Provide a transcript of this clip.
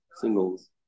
singles